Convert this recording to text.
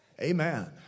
Amen